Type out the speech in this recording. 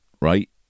right